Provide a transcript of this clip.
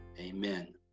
amen